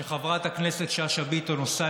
שחברת הכנסת שאשא ביטון עושה,